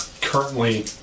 currently